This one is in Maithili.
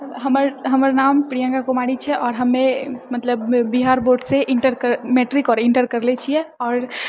हमर हमर नाम प्रियंका कुमारी छै आओर हमे मतलब बिहार बोर्डसँ इन्टर मैट्रिक आओर इन्टर करले छियै आओर